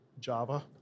Java